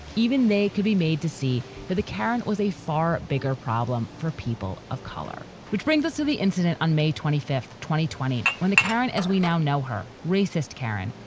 even they could be made to see that the karen was a far bigger problem for people of color. which brings us to the incident on may twenty fifth, twenty, when the karen, as we now know, her racist karen,